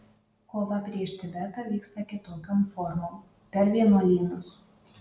kova prieš tibetą vyksta kitokiom formom per vienuolynus